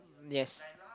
yes